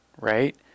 right